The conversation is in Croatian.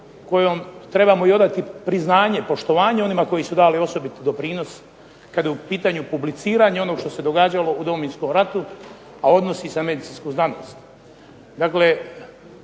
kojoj trebamo odati priznanje, poštovanje koji su dali osobiti doprinos kada je u pitanju publiciranje onoga što se događalo u Domovinskom ratu a odnosi se na medicinsku znanost. Dakle,